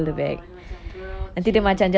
oh dia macam girl chill